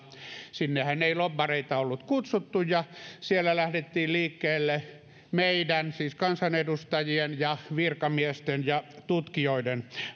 sinnehän ei lobbareita ollut kutsuttu ja siellä lähdettiin liikkeelle meidän siis kansanedustajien ja virkamiesten ja tutkijoiden